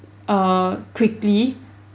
err quickly